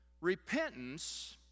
Repentance